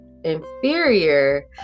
inferior